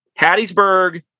Hattiesburg